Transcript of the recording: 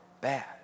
bad